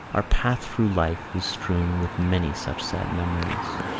our path through life is strewn with many such sad memories